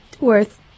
worth